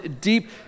Deep